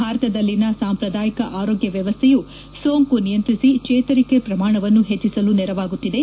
ಭಾರತದಲ್ಲಿನ ಸಾಂಪ್ರದಾಯಿಕ ಆರೋಗ್ಯ ವ್ಯವಸ್ಥೆಯು ಸೋಂಕು ನಿಯಂತ್ರಿಸಿ ಚೇತರಿಕೆ ಪ್ರಮಾಣವನ್ನು ಹೆಚ್ಚಿಸಲು ನೆರವಾಗುತ್ತಿದೆ